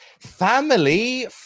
family